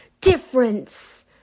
difference